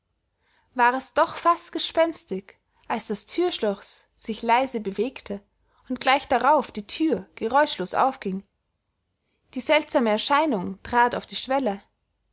war es doch fast gespenstig als das thürschloß sich leise bewegte und gleich darauf die thür geräuschlos aufging die seltsame erscheinung trat auf die schwelle